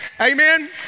Amen